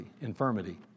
infirmity